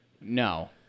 No